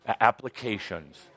Applications